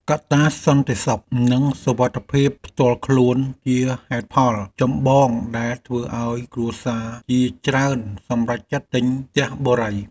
កត្តាសន្តិសុខនិងសុវត្ថិភាពផ្ទាល់ខ្លួនជាហេតុផលចម្បងដែលធ្វើឱ្យគ្រួសារជាច្រើនសម្រេចចិត្តទិញផ្ទះបុរី។